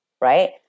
Right